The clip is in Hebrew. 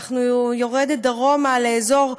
אני יורדת דרומה, לאזור חדרה,